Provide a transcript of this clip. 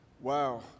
Wow